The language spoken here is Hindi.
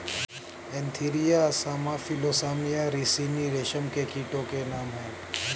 एन्थीरिया असामा फिलोसामिया रिसिनी रेशम के कीटो के नाम हैं